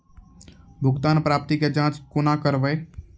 भुगतान प्राप्ति के जाँच कूना करवै?